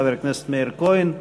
חבר הכנסת מאיר כהן.